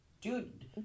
Dude